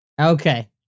Okay